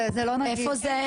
זה לא נגיש.